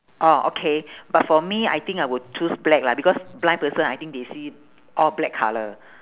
orh okay but for me I think I would choose black lah because blind person I think they see all black colour